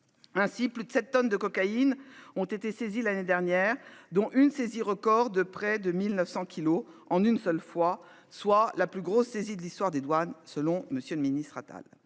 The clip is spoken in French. Ainsi, plus de 7 tonnes de cocaïne ont été saisis. L'année dernière, dont une saisie record de près de 1900 kilos en une seule fois, soit la plus grosse saisie de l'histoire des douanes, selon Monsieur le Ministre Attal.